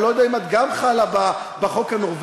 אני לא יודע אם את גם חלק בחוק הנורבגי,